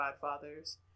Godfathers